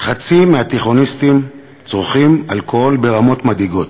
"חצי מהתיכוניסטים צורכים אלכוהול ברמות מדאיגות".